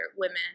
women